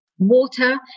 water